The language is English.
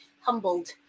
humbled